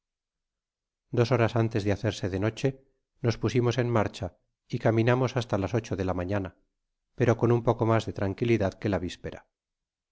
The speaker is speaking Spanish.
dos horas antes de hacerse de noche nos pusimos en marcha y caminamos hasta las ocho de ia mañana pero con un poco mas de tranquilidad que la víspera